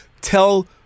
Tell